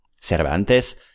Cervantes